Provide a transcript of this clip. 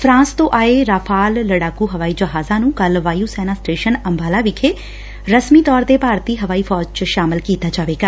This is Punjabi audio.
ਫਰਾਂਸ ਤੋਂ ਆਏ ਰਾਫਾਲ ਲਤਾਕੁ ਹਵਾਈ ਜਹਾਜਾਂ ਨੂੰ ਕੱਲ ਵਾਯੁ ਸੈਨਾ ਸਟੇਸ਼ਨ ਅੰਬਾਲਾ ਵਿਖੇ ਰਸਮੀ ਤੌਰ ਤੇ ਭਾਰਤੀ ਹਵਾਈ ਫੌਜ ਚ ਸ਼ਾਮਲ ਕੀਤਾ ਜਾਵੇਗਾ